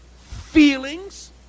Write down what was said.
feelings